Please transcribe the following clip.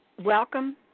Welcome